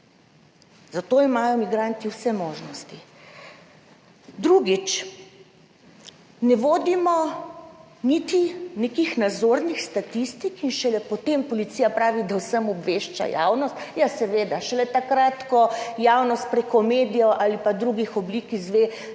Za to imajo migranti vse možnosti. Drugič, ne vodimo niti nekih nazornih statistik in šele potem policija pravi, da o vsem obvešča javnost. Ja, seveda, šele takrat, ko javnost preko medijev ali pa drugih oblik izve,